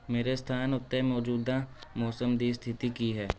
ਮੇਰੇ ਸਥਾਨ ਉੱਤੇ ਮੌਜੂਦਾ ਮੌਸਮ ਦੀ ਸਥਿਤੀ ਕੀ ਹੈ